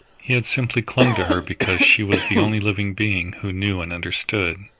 he had simply clung to her because she was the only living being who knew and understood,